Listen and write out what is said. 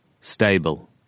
Stable